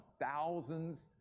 Thousands